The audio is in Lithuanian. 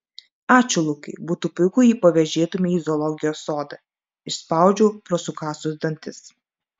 ačiū lukai būtų puiku jei pavėžėtumei į zoologijos sodą išspaudžiau pro sukąstus dantis